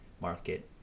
market